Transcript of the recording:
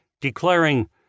declaring